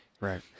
Right